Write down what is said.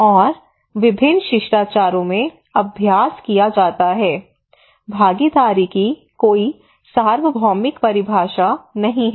और विभिन्न शिष्टाचारों में अभ्यास किया जाता है भागीदारी की कोई सार्वभौमिक परिभाषा नहीं है